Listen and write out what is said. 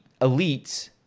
elites